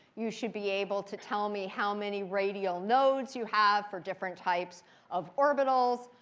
you should be able to tell me how many radial nodes you have for different types of orbitals.